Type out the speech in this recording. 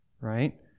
Right